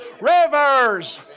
rivers